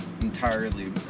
Entirely